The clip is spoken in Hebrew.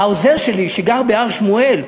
העוזר שלי שגר בהר-שמואל,